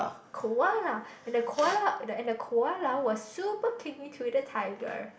koala and the koala and the koala was super clingy to the tiger